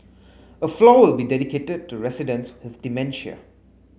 a floor will be dedicated to residents with dementia